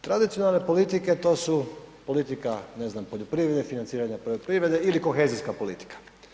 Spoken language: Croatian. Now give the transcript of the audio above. Tradicionalne politike to su politika, ne znam poljoprivrede, financiranja poljoprivrede ili kohezijska politika.